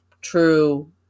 true